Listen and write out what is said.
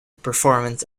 performance